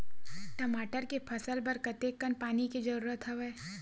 टमाटर के फसल बर कतेकन पानी के जरूरत हवय?